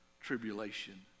tribulation